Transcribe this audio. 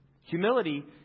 Humility